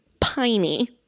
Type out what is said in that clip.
piney